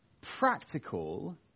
practical